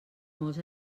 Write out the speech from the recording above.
molts